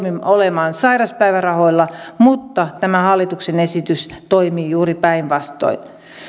olemaan sairauspäivärahoilla mutta tämä hallituksen esitys toimii juuri päinvastoin